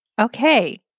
Okay